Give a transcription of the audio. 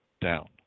down